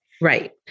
Right